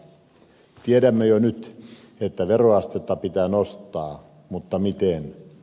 tiedämme jo nyt että veroastetta pitää nostaa mutta miten